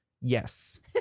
yes